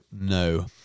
no